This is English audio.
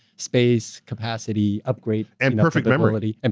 space, capacity, upgrade and perfect memory. and